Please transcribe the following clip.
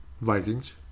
Vikings